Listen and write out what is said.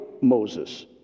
Moses